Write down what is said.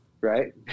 right